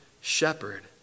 shepherd